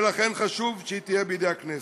ולכן חשוב שיהיו בידי הכנסת.